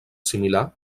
similar